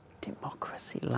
Democracy